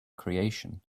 creation